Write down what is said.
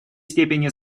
степени